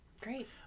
Great